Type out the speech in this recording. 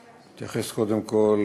אתייחס קודם כול